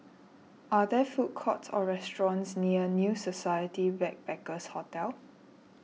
are there food courts or restaurants near New Society Backpackers' Hotel